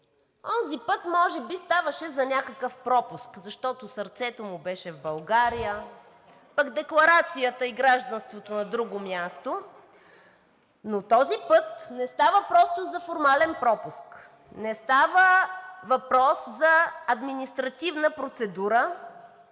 онзи път може би ставаше въпрос за някакъв пропуск, защото сърцето му беше в България, пък декларацията и гражданството на друго място. Но този път не става въпрос просто за формален пропуск. Не става въпрос за административна процедура.